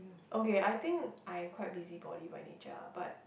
okay I think I'm quite busybody by nature lah but